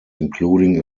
including